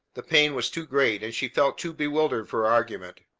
the pain was too great, and she felt too bewildered for argument.